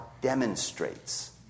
demonstrates